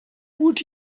what